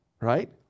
right